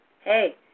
Hey